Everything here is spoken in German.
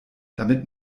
damit